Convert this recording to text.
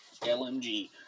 LMG